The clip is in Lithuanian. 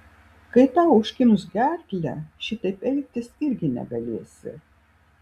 kai tau užkimš gerklę šitaip elgtis irgi negalėsi